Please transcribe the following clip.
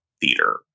theater